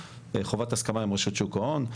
לחובת הסכמה עם רשות שוק ההון.